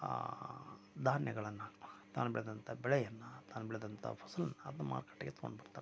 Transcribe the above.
ಆ ಧಾನ್ಯಗಳನ್ನು ತಾನು ಬೆಳೆದಂತ ಬೆಳೆಯನ್ನು ತಾನು ಬೆಳೆದಂತ ಫಸಲನ್ನು ಅದನ್ನ ಮಾರುಕಟ್ಟೆಗೆ ತೊಗೊಂಡು ಬರ್ತಾನೆ